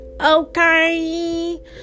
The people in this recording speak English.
Okay